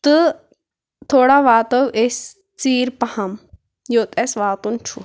تہٕ تھوڑا واتو أسۍ ژیٖرۍ پہَم یوٚت اسہِ واتُن چھُ